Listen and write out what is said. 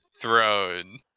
throne